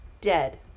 Dead